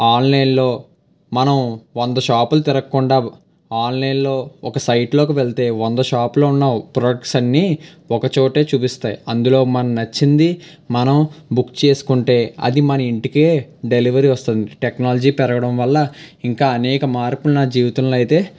ఆన్లైన్లో మనం వంద షాపులు తిరక్కుండా ఆన్లైన్లో ఒక సైట్లోకి వెళ్తే వంద షాపులో ఉన్న ప్రొడక్ట్స్ అన్నీ ఒకచోటే చూపిస్తాయి అందులో మనకి నచ్చింది మనం బుక్ చేసుకుంటే అది మన ఇంటికే డెలివరీ వస్తుంది టెక్నాలజీ పెరగడం వల్ల ఇంకా అనేక మార్పులు నా జీవితంలో అయితే